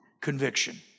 conviction